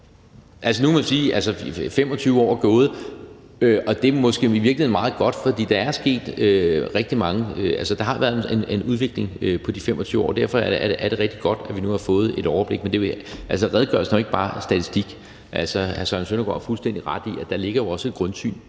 Nu må man sige, at 25 år er gået, og det er måske i virkeligheden meget godt, for der har været en udvikling på de 25 år, og derfor er det rigtig godt, at vi nu har fået et overblik. Men redegørelsen er jo ikke bare statistik; hr. Søren Søndergaard har fuldstændig ret i, at der også ligger et grundsyn